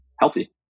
healthy